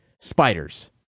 spiders